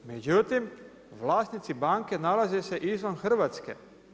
Međutim, vlasnici banke nalaze se izvan Hrvatske.